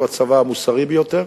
הוא הצבא המוסרי ביותר,